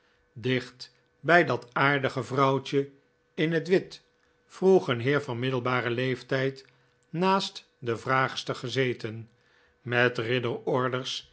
dicht bij dat aardige vrouwtje in het wit vroeg een heer van middelbaren leeftijd naast de vraagster gezeten met